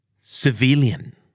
Civilian